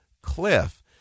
cliff